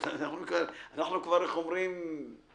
אנחנו כבר זה